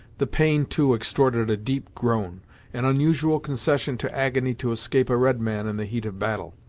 the pain, too, extorted a deep groan an unusual concession to agony to escape a red man in the heat of battle.